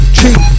Cheap